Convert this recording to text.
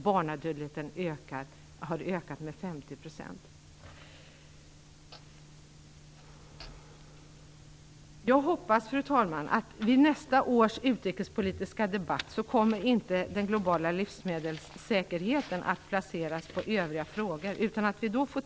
Barnadödligheten har ökat med 50 %. Fru talman! Jag hoppas att frågan om den globala livsmedelssäkerheten inte placeras bland Övriga frågor i nästa års utrikespolitiska debatt.